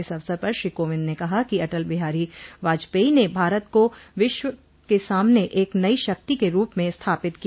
इस अवसर पर श्री कोविंद ने कहा कि अटल बिहारी वाजपेयी ने भारत को विश्व के सामने एक नई शक्ति के रूप में स्थापित किया